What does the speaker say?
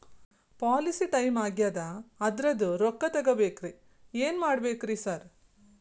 Policy time ಆಗ್ಯಾದ ಅದ್ರದು ರೊಕ್ಕ ತಗಬೇಕ್ರಿ ಏನ್ ಮಾಡ್ಬೇಕ್ ರಿ ಸಾರ್?